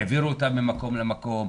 העבירו אותם ממקום למקום,